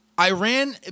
Iran